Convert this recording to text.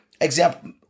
Example